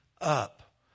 up